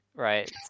Right